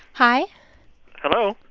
hi hello?